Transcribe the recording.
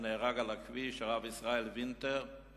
ונהרג על הכביש הרב ישראל וינטר,